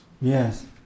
yes